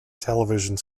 televisions